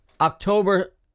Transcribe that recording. October